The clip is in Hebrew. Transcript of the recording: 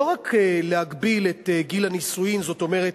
לא רק להגביל את גיל הנישואים, זאת אומרת,